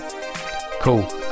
Cool